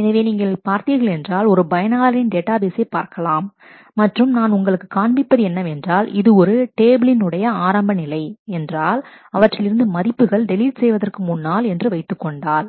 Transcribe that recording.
எனவே இங்கு நீங்கள் பார்த்தீர்கள் என்றால் ஒரு பயனாளரின் டேட்டா பேசை பார்க்கலாம் மற்றும் நான் உங்களுக்கு காண்பிப்பது என்னவென்றால் இது ஒரு டேபிளின் உடைய ஆரம்பநிலை என்றாள் அவற்றிலிருந்து மதிப்புகள் டெலீட் செய்வதற்கு முன்னாள் என்று வைத்துக் கொண்டால்